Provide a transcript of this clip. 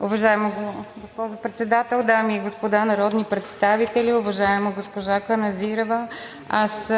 Уважаема госпожо Председател, дами и господа народни представители! Уважаема госпожо Каназирева, аз